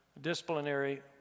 disciplinary